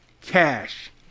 Cash